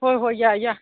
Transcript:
ꯍꯣꯏ ꯍꯣꯏ ꯌꯥꯏ ꯌꯥꯏ